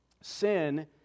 Sin